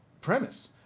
premise